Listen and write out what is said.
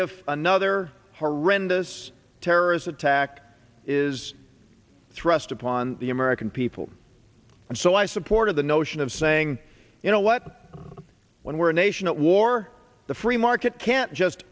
if another horrendous terrorist attack is thrust upon the american people and so i supported the notion of saying you know what when we're a nation at war the free market can't just